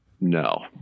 no